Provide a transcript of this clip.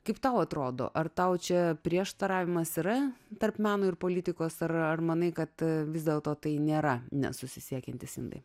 kaip tau atrodo ar tau čia prieštaravimas yra tarp meno ir politikos ar ar manai kad vis dėlto tai nėra nesusisiekiantys indai